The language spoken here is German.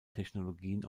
technologien